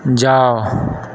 जाउ